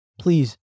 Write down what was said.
please